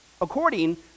According